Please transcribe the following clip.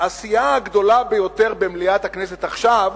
הסיעה הגדולה ביותר במליאת הכנסת עכשיו